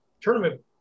tournament